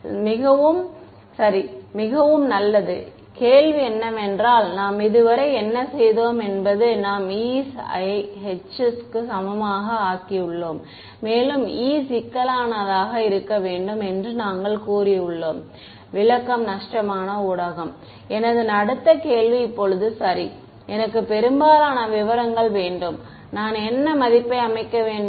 மாணவர் ஏனென்றால் நீங்கள் சரி மிகவும் நல்லது கேள்வி என்னவென்றால் நாம் இதுவரை என்ன செய்தோம் என்பது நாம் e's ஐ h's க்கு சமமாக ஆக்கியுள்ளோம் மேலும் e சிக்கலானதாக இருக்க வேண்டும் என்று நாங்கள் கூறியுள்ளோம் விளக்கம் நஷ்டமான ஊடகம் எனது அடுத்த கேள்வி இப்போது சரி எனக்கு பெரும்பாலான விவரங்கள் வேண்டும் நான் என்ன மதிப்பை அமைக்க வேண்டும்